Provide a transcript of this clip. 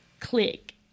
click